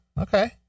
Okay